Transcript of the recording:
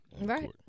Right